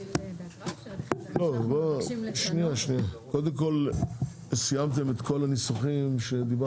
למעט סעיף 17(1) (בעניין הארכת תוקף רישיון נתג"ז) מתוך הצעת חוק התוכנית